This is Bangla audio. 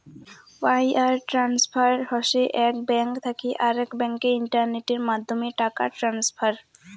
ওয়াইয়ার ট্রান্সফার হসে এক ব্যাঙ্ক থাকি আরেক ব্যাংকে ইন্টারনেটের মাধ্যমে টাকা ট্রান্সফার